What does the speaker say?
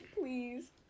Please